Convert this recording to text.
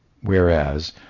Whereas